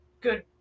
good